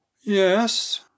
Yes